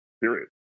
period